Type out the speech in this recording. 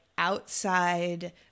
outside